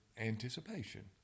anticipation